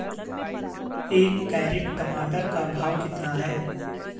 एक कैरेट टमाटर का भाव कितना है?